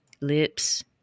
lips